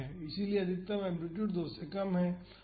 इसलिए अधिकतम एम्पलीटूड 2 से कम है